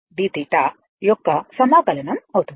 Vm sinθdθ యొక్క సమాకలనం అవుతుంది